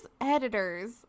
editors